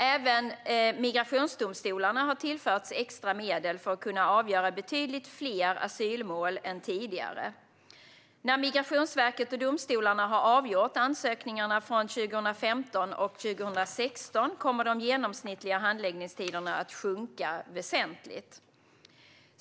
Även migrationsdomstolarna har tillförts extra medel för att kunna avgöra betydligt fler asylmål än tidigare. När Migrationsverket och domstolarna har avgjort ansökningarna från 2015 och 2016 kommer de genomsnittliga handläggningstiderna att sjunka väsentligt.